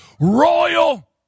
royal